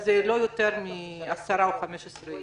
זה לא יותר מ-10 או 15 אנשים.